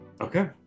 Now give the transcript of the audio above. Okay